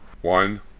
One